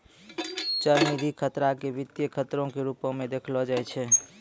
चलनिधि खतरा के वित्तीय खतरो के रुपो मे देखलो जाय छै